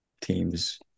teams